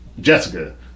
jessica